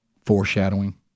Foreshadowing